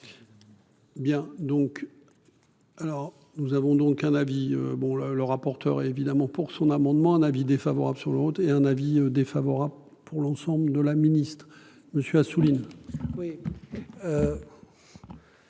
Alors nous avons donc un avis bon là le rapporteur et évidemment pour son amendement un avis défavorable sur l'autre et un avis défavorable pour l'ensemble de la ministre. Monsieur Assouline.